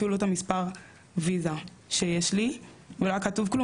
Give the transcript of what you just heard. אפילו לא את המספר ויזה שיש לי ולא היה כתוב כלום